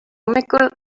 hommikul